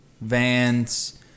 vans